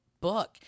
book